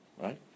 right